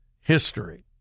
history